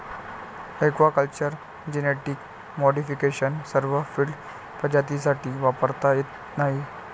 aquaculture genetic modification सर्व field प्रजातींसाठी वापरता येत नाही